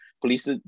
police